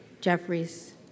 Jeffries